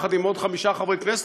יחד עם עוד חמישה חברי כנסת,